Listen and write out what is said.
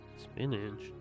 Spinach